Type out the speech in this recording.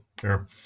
sure